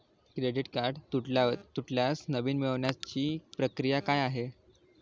Credit card तुटल्यास नवीन मिळवण्याची प्रक्रिया काय आहे?